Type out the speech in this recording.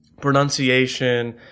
pronunciation